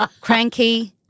cranky